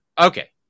Okay